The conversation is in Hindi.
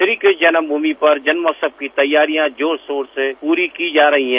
श्री कृष्ण जन्मभूमि पर जन्मोत्सव की तैयारियॉ जोर शोर से पूरी की जा रही हैं